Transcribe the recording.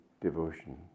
devotion